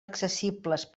accessibles